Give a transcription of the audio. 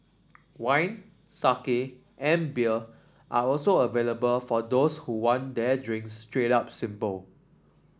wine sake and beer are also available for those who want their drinks straight up simple